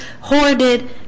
hoarded